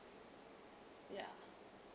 ya